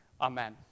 Amen